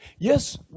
Yes